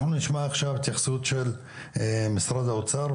אנחנו נשמע עכשיו התייחסות של משרד האוצר,